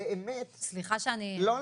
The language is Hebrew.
סליחה שאני --- לא,